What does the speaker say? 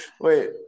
wait